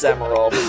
Emerald